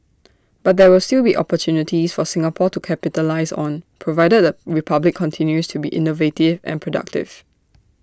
but there will still be opportunities for Singapore to capitalise on provided the republic continues to be innovative and productive